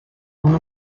una